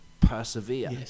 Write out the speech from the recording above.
persevere